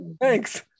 thanks